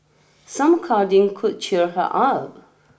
some cuddling could cheer her up